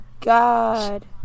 God